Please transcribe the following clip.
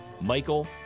Michael